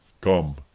come